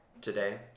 today